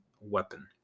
weapon